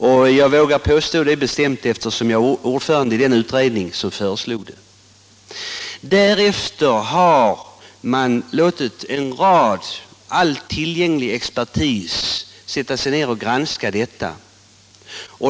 Jag vågar påstå det med bestämdhet eftersom jag var ordförande i den utredning som föreslog stoppet. Vidare har man låtit all tillgänglig expertis sätta sig ned till en granskning.